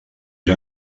era